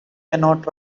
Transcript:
cannot